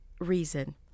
reason